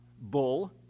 bull